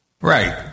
Right